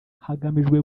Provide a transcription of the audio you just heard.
hagamijwe